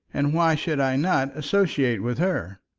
and why should i not associate with her?